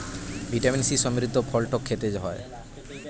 vitamin C সমৃদ্ধ ফল টক খেতে হয়